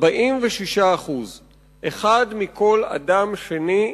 46% אחד מכל אדם שני,